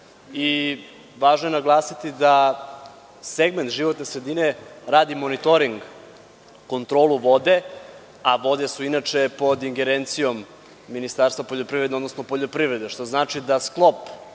je naglasiti da segment životne sredine radi monitoring kontrolu vode, a vode su inače pod ingerencijom Ministarstva poljoprivrede, odnosno poljoprivrede, što znači da sklop